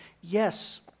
Yes